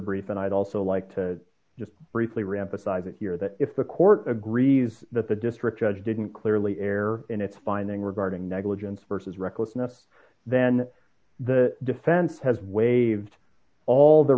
brief and i'd also like to just briefly reemphasize it here that if the court agrees that the district judge didn't clearly err in its finding regarding negligence versus recklessness then the defense has waived all the